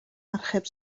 archeb